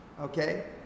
okay